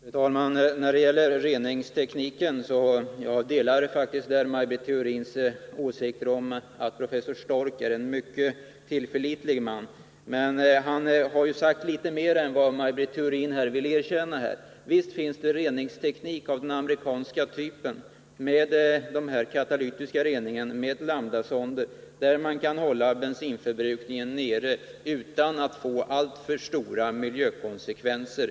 Fru talman! När det gäller reningstekniken delar jag faktiskt Maj Britt Theorins åsikter om att professor Stork är en mycket tillförlitlig man. Men han har sagt litet mer än vad Maj Britt Theorin vill erkänna här. Visst finns det reningsteknik av den amerikanska typen med katalytisk rening och med lambdasonder. Man kan hålla bensinförbrukningen nere utan att det får Nr 131 alltför stora miljökonsekvenser.